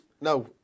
No